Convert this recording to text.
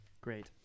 great